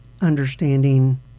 understanding